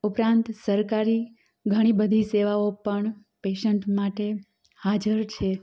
ઉપરાંત સરકારી ઘણીબધી સેવાઓ પણ પેશન્ટ માટે હાજર છે